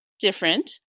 different